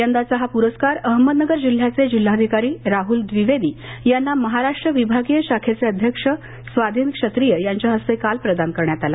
यंदाचा हा पुरस्कार अहमदनगर जिल्ह्याचे जिल्हाधिकारी राहूल द्विवेदी यांना महाराष्ट्र विभागीय शाखेचे अध्यक्ष स्वाधीन क्षत्रिय यांच्या हस्ते काल प्रदान करण्यात आला